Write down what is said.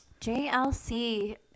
jlc